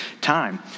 time